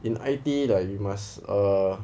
in I_T_E like you must err